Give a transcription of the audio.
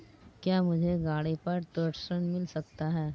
क्या मुझे गाड़ी पर ऋण मिल सकता है?